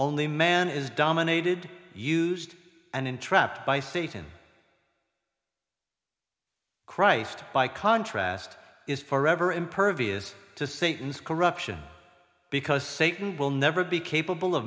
only man is dominated used and entrapped by satan christ by contrast is forever impervious to satan's corruption because satan will never be capable of